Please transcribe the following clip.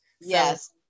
Yes